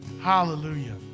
Hallelujah